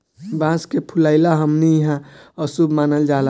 बांस के फुलाइल हमनी के इहां अशुभ मानल जाला